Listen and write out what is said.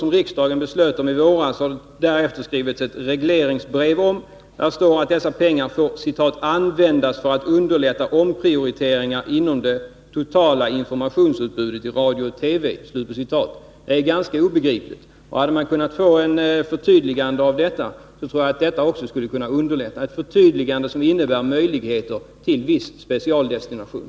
som riksdagen beslöt om i våras har det därefter skrivits ett regleringsbrev om, där det står att dessa pengar får ”användas för att underlätta omprioriteringar inom det totala informationsutbudet i radio och 109 TV”. Det är ganska obegripligt. Hade man kunnat få ett förtydligande av detta tror jag att det också skulle kunna underlätta, ett förtydligande som skulle innebära möjligheter till viss specialdestination.